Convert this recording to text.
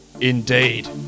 Indeed